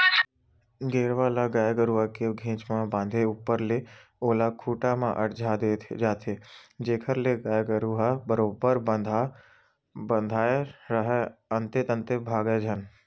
गेरवा ल गाय गरु के घेंच म बांधे ऊपर ले ओला खूंटा म अरझा दे जाथे जेखर ले गाय गरु ह बरोबर बंधाय राहय अंते तंते भागय झन